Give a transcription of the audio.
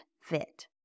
fit